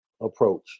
approach